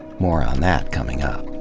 more on that, coming up.